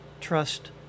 Trust